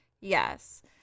Yes